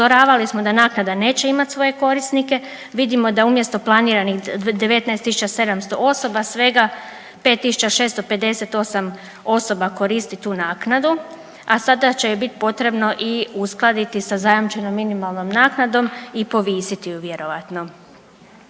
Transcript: Upozoravali smo da naknada neće imat svoje korisnike, vidimo da umjesto planiranih 19.700 osoba svega 5.658 osoba koristi tu naknadu, a sada će je bit potrebno i uskladiti sa zajamčenom minimalnom naknadom i povisit ju vjerojatno.